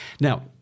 Now